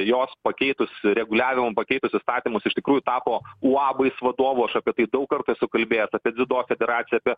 jos pakeitus reguliavimum pakeitus įstatymus iš tikrųjų tapo uabais vadovų aš apie tai daug kartų esu kalbėjės apie dziudo federaciją apie